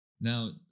Now